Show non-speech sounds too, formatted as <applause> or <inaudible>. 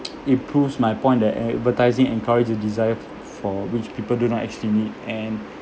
<noise> it proves my point that advertising encourage a desire for which people do not actually need and